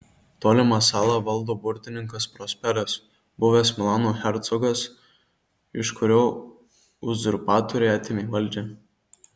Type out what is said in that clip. tolimą salą valdo burtininkas prosperas buvęs milano hercogas iš kurio uzurpatoriai atėmė valdžią